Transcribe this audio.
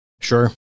Sure